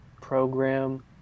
program